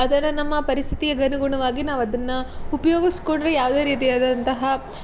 ಅದನ್ನು ನಮ್ಮ ಪರಿಸ್ಥಿತಿಗನುಗುಣವಾಗಿ ನಾವು ಅದನ್ನು ಉಪ್ಯೋಗಿಸ್ಕೊಂಡ್ರೆ ಯಾವುದೇ ರೀತಿಯಾದಂತಹ